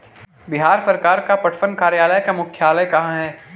बिहार सरकार का पटसन कार्यालय का मुख्यालय कहाँ है?